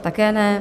Také ne.